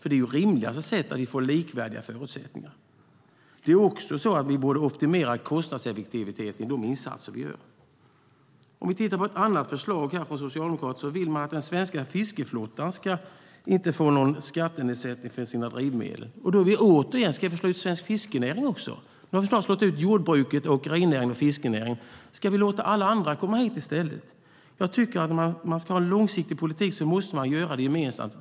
Det är det rimligaste sättet för att få likvärdiga förutsättningar. Dessutom borde vi optimera kostnadseffektiviteten i de insatser vi gör. Ett förslag från Socialdemokraterna är att den svenska fiskeflottan inte ska få någon skattenedsättning för sitt drivmedel. Ska vi slå ut svensk fiskenäring också? Nu har vi snart slagit ut jordbruket, rennäringen och fiskenäringen. Ska vi i stället låta alla andra komma hit? Om vi ska ha en långsiktig politik måste vi driva den gemensamt.